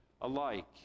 alike